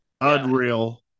Unreal